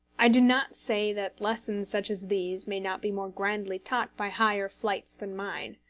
i do not say that lessons such as these may not be more grandly taught by higher flights than mine.